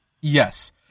Yes